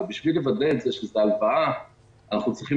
בשביל לוודא שזו אכן הלוואה אנחנו צריכים